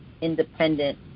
independent